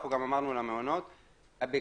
אנחנו גם אמרנו למעונות - בגדול,